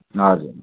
हजुर